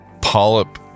polyp